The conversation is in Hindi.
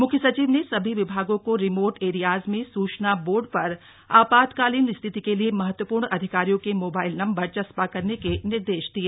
मुख्य सचिव ने सभी विभागों को रिमोट एरियाज में सूचना बोर्ड पर आपातकालीन स्थिति के लिए महत्वपूर्ण अधिकारियों के मोबाइल नंबर चस्पा करने के निर्देश दिए